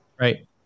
right